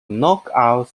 knockout